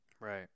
right